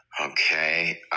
okay